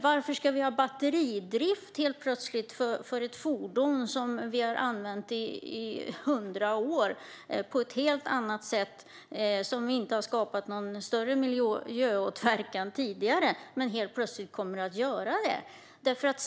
Varför ska vi ha batteridrift för ett fordon som vi har använt i hundra år på ett helt annat sätt som inte har skapat någon större miljöpåverkan tidigare men helt plötsligt kommer att göra det?